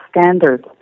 standards